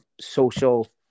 social